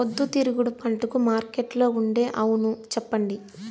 పొద్దుతిరుగుడు పంటకు మార్కెట్లో ఉండే అవును చెప్పండి?